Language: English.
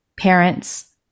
parents